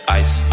ice